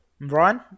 Brian